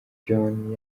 john